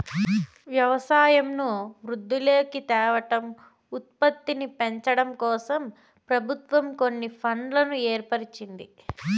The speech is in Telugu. వ్యవసాయంను వృద్ధిలోకి తేవడం, ఉత్పత్తిని పెంచడంకోసం ప్రభుత్వం కొన్ని ఫండ్లను ఏర్పరిచింది